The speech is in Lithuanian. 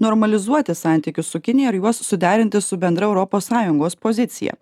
normalizuoti santykius su kinija ir juos suderinti su bendra europos sąjungos pozicija